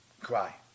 Cry